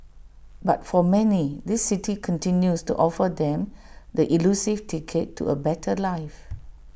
but for many this city continues to offer them the elusive ticket to A better life